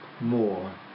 more